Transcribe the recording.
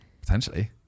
Potentially